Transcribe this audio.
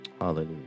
Hallelujah